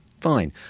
Fine